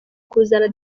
kuzana